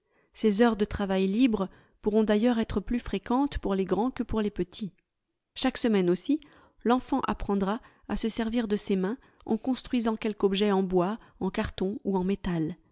ces heures de travail libre pourront d'ailleurs être plus fréquentes pour les grands que pour les petits chaque semaine aussi l'enfant apprendra à se servir de ses mains en construisant quelque objet en bois en carton ou en métal